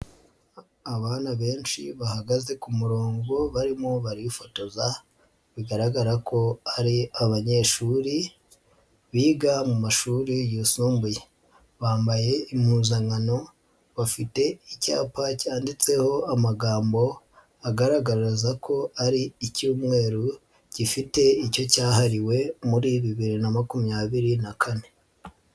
Abana benshi bahagaze ku murongo barimo barifotoza bigaragara ko ari abanyeshuri biga mu mashuri yisumbuye, bambaye impuzankano bafite icyapa cyanditseho amagambo agaragaza ko ari icyumweru gifite icyo cyahariwe muri bibiri na makumyabiri na kane.